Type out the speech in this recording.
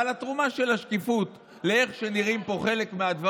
אבל עם התרומה של השקיפות על איך נראים פה חלק מהדברים,